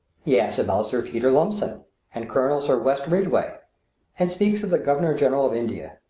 he asks about sir peter lumsden and colonel sir west ridgeway and speaks of the governor-general of india.